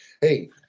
Hey